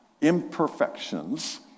imperfections